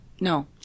no